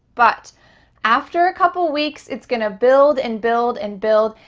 but after a couple weeks, it's gonna build and build and build,